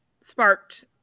sparked